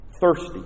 Thirsty